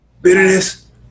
Bitterness